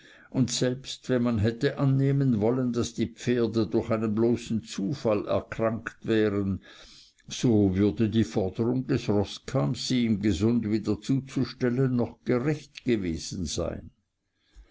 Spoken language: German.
und selbst wenn man hätte annehmen wollen daß die pferde durch einen bloßen zufall erkrankt wären so würde die forderung des roßkamms sie ihm gesund wieder zuzustellen noch gerecht gewesen sein